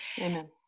Amen